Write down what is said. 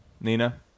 Nina